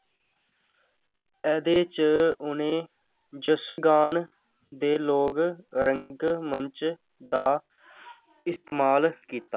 एह्दे च उ'नें जसगान दे लोक रंगमंच दा इस्तेमाल कीता